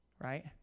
right